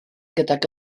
gydag